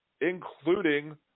including